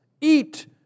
eat